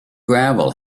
gravel